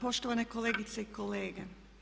Poštovane kolegice i kolege.